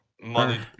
money